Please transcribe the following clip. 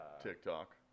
TikTok